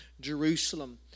Jerusalem